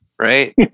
right